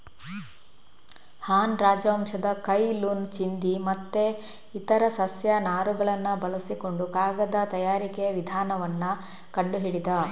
ಹಾನ್ ರಾಜವಂಶದ Cai Lun ಚಿಂದಿ ಮತ್ತೆ ಇತರ ಸಸ್ಯ ನಾರುಗಳನ್ನ ಬಳಸಿಕೊಂಡು ಕಾಗದದ ತಯಾರಿಕೆಯ ವಿಧಾನವನ್ನ ಕಂಡು ಹಿಡಿದ